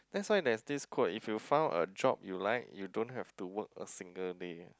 that's why they have this quote if you found a job you like you don't have to work a single day